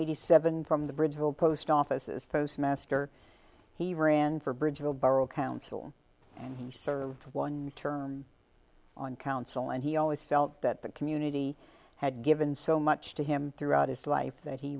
hundred seven from the bridge will post offices postmaster he ran for bridge oberle council and he served one term on council and he always felt that the community had given so much to him throughout his life that he